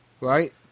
right